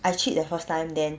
I cheat the first time then